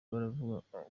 baravuga